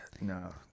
No